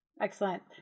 Excellent